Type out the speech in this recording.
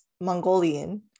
Mongolian